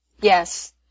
Yes